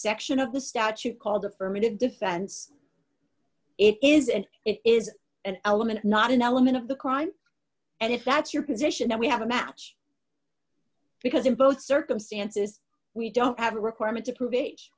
section of the statute called affirmative defense it is and it is an element not an element of the crime and if that's your position that we have a match because in both circumstances we don't have a requirement to prove